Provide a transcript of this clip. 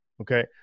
okay